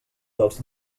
dels